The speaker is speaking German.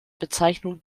bezeichnung